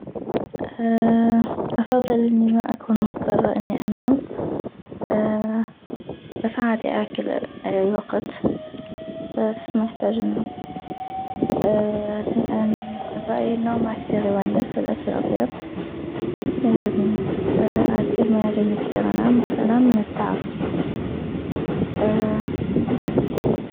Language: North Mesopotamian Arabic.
افضل اني ما اكون مضطرة اني انام بس عادي اكل اي وقت بس محتاجة انام لان برايي النوم ما كثيغ يونس الاكل اطيب يعجبني اكل ما يعجبني كثيغ انام بس انام من التعب وبس